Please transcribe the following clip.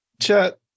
chat